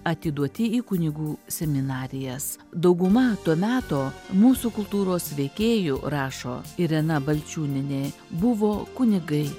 atiduoti į kunigų seminarijas dauguma to meto mūsų kultūros veikėjų rašo irena balčiūnienė buvo kunigai